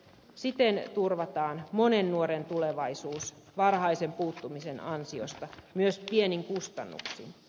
siten turvataan monen nuoren tulevaisuus varhaisen puuttumisen ansiosta myös pienin kustannuksin